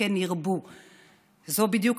אנחנו רואים